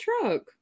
truck